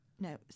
No